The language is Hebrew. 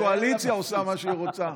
הקואליציה עושה מה שהיא רוצה.